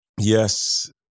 Yes